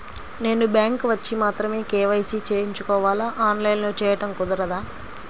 నేను బ్యాంక్ వచ్చి మాత్రమే కే.వై.సి చేయించుకోవాలా? ఆన్లైన్లో చేయటం కుదరదా?